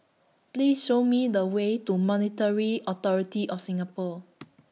Please Show Me The Way to Monetary Authority of Singapore